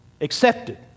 accepted